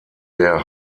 der